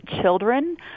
children